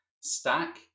stack